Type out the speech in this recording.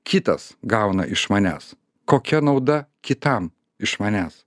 kitas gauna iš manęs kokia nauda kitam iš manęs